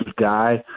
guy